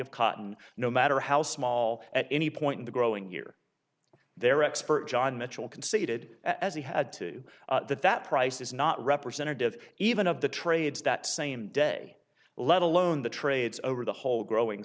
of cotton no matter how small at any point in the growing year their expert john mitchell conceded as he had to that that price is not representative even of the trades that same day let alone the trades over the whole growing